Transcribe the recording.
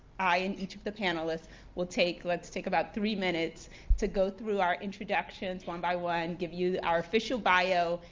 i and each of the panelists will take. let's take about three minutes to go through our introductions one by one, give you our official bio,